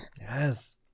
Yes